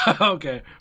Okay